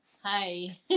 Hi